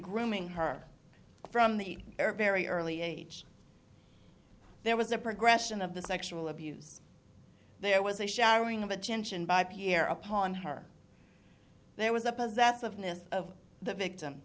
grooming her from the air very early age there was a progression of the sexual abuse there was a showering of attention by pierre upon her there was a possessiveness of the victim